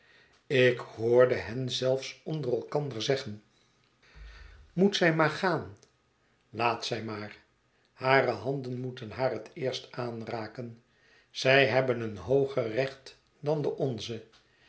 ik hoorde hen zelfs onder elkander zeggen moet zij maar gaan laat zij maar hare handen moeten haar het eerst aanraken zij hebben een hooger recht dan de onze